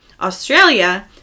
Australia